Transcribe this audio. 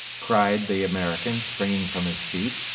cried the american, springing from his seat.